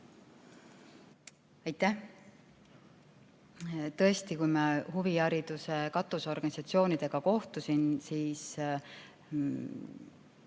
Aitäh! Tõesti, kui ma huvihariduse katusorganisatsioonidega kohtusin, siis